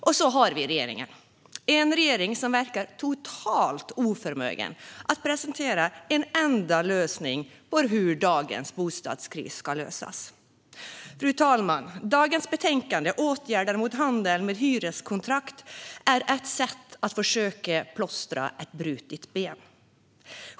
Och så har vi regeringen - en regering som verkar totalt oförmögen att presentera en enda lösning på hur dagens bostadskris ska lösas. Fru talman! Dagens betänkande, Åtgärder mot handel med hyreskontrakt , är ett sätt att försöka plåstra om ett brutet ben.